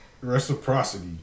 Reciprocity